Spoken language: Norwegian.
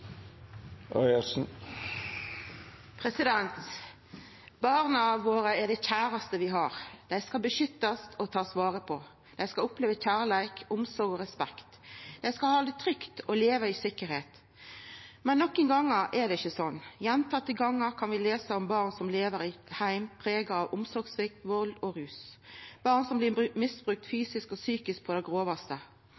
Barna våre er det kjæraste vi har. Dei skal beskyttast og takast vare på. Dei skal oppleva kjærleik, omsorg og respekt. Dei skal ha det trygt og leva i tryggleik. Men nokre gongar er det ikkje slik. Gjentekne gongar kan vi lesa om barn som lever i ein heim prega av omsorgssvikt, vald og rus, barn som blir